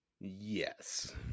yes